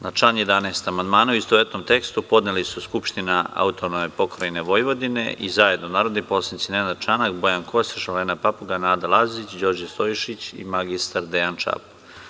Na član 11. amandmane, u istovetnom tekstu, podneli su Skupština AP Vojvodine i zajedno narodni poslanici Nenad Čanak, Bojan Kostreš, Olena Papuga, Nada Lazić, Đorđe Stojšić i mr Dejan Čapo.